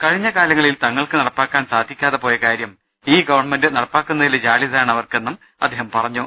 കഴിഞ്ഞ കാലങ്ങളിൽ തങ്ങൾക്ക് നടപ്പാക്കാൻ സാധിക്കാതെ പ്യോയ കാര്യം ഈ ഗവൺമെന്റ് നടപ്പാക്കുന്നതിലെ ജാള്യതയാണ് അവർക്കെന്നും അദ്ദേഹം പറഞ്ഞു